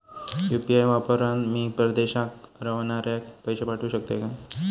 UPI वापरान मी परदेशाक रव्हनाऱ्याक पैशे पाठवु शकतय काय?